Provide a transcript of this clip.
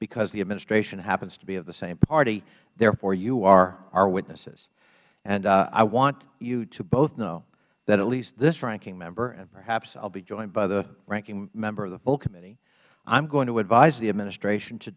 because the administration happens to be of the same party therefore you are our witnesses i want you to both know that at least this ranking member and perhaps i will be joined by the ranking member of the full committee i'm going to advise the administration to